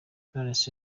nonese